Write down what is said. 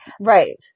right